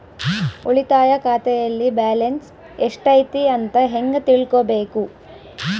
ಉಳಿತಾಯ ಖಾತೆಯಲ್ಲಿ ಬ್ಯಾಲೆನ್ಸ್ ಎಷ್ಟೈತಿ ಅಂತ ಹೆಂಗ ತಿಳ್ಕೊಬೇಕು?